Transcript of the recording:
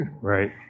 Right